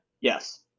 Yes